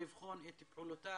לבחון את פעולותיה